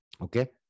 Okay